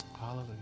Hallelujah